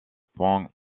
point